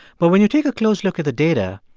but when you take a close look at the data,